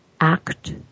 act